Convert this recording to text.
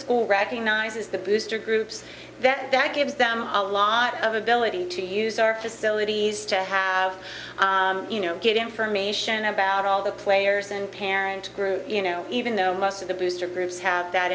school recognizes the booster groups that gives them a lot of ability to use our facilities to have good information about all the players and parent group you know even though most of the booster groups have that